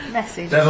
Message